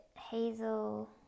hazel